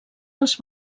els